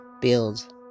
build